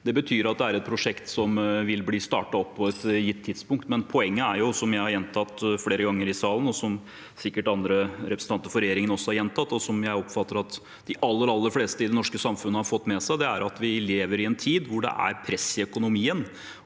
Det betyr at det er et prosjekt som vil bli startet opp på et gitt tidspunkt. Men poenget er jo – som jeg har gjentatt flere ganger i salen, som sikkert andre representanter for regjeringen også har gjentatt, og som jeg oppfatter at de aller, aller fleste i det norske samfunnet har fått med seg – at vi lever i en tid da det er press i økonomien,